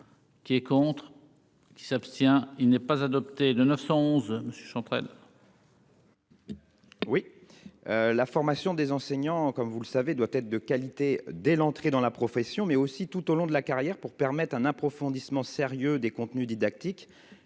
qui est contre. Qui s'abstient, il n'est pas adopté de 911 monsieur prennent. Oui, la formation des enseignants comme vous le savez, doit être de qualité dès l'entrée dans la profession, mais aussi tout au long de la carrière pour permettre un approfondissement sérieux des contenus didactiques